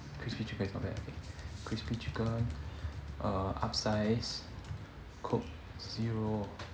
crispy chicken is not bad crispy chicken err upsize coke zero